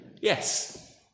Yes